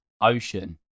ocean